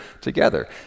together